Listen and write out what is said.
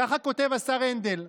ככה כותב השר הנדל.